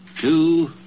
two